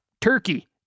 turkey